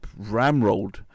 ramrolled